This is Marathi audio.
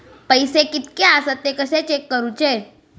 पैसे कीतके आसत ते कशे चेक करूचे?